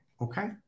Okay